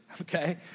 okay